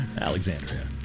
Alexandria